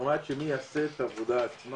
רמה של מי יעשה את העבודה עצמה.